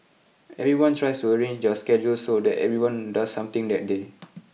everyone tries to arrange their schedules so that everyone does something that day